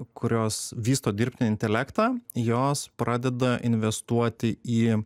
kurios vysto dirbtinį intelektą jos pradeda investuoti į